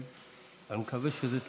אני מקווה שזה תוקן: